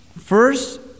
First